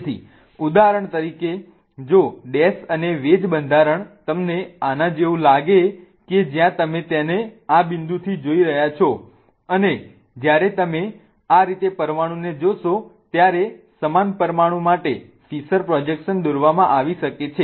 તેથી ઉદાહરણ તરીકે જો ડેશ અને વેજ બંધારણ તમને આના જેવું લાગે કે જ્યાં તમે તેને આ બિંદુથી જોઈ રહ્યા છો અને જ્યારે તમે આ રીતે પરમાણુને જોશો ત્યારે સમાન પરમાણુ માટે ફિશર પ્રોજેક્શન દોરવામાં આવી શકે છે